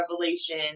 Revelation